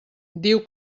diu